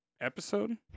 episode